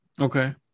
Okay